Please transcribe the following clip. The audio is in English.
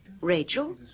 Rachel